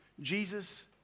Jesus